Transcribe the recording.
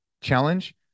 challenge